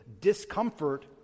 discomfort